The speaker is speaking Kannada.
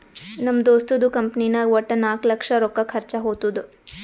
ನಮ್ ದೋಸ್ತದು ಕಂಪನಿನಾಗ್ ವಟ್ಟ ನಾಕ್ ಲಕ್ಷ ರೊಕ್ಕಾ ಖರ್ಚಾ ಹೊತ್ತುದ್